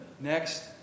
next